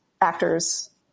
Actors